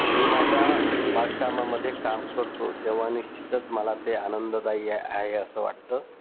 मी माझ्या बागकामामध्ये काम करतो तेव्हा निश्चितच मला ते आनंददायी या आहे असं वाटतं